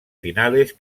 finales